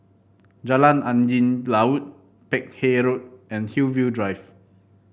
Jalan Angin Laut Peck Hay Road and Hillview Drive